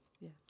Yes